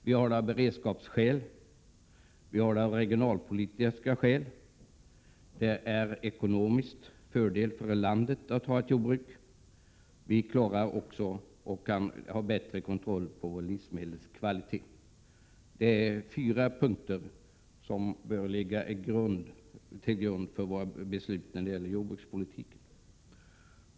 Vi har lantbruket av beredskapsskäl och av regionalpolitiska skäl. Det är också ekonomiskt fördelaktigt för landet att ha ett jordbruk. Genom att ha ett jordbruk blir kontrollen över livsmedlens kvalitet bättre. Det är fyra punkter som bör ligga till grund för besluten när det gäller jordbrukspolitiken.